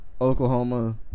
Oklahoma